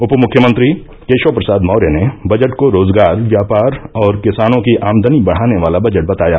उपमुख्यमंत्री केशव प्रसाद मौर्य ने बजट को रोजगार व्यापार और किसानों की आमदनी बढ़ाने वाला बजट बताया